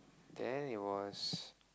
then it was